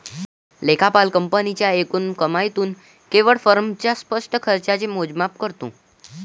लेखापाल कंपनीच्या एकूण कमाईतून केवळ फर्मच्या स्पष्ट खर्चाचे मोजमाप करतो